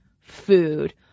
food